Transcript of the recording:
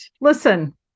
Listen